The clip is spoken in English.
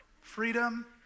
Freedom